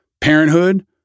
parenthood